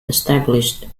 established